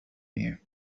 you